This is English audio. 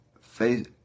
face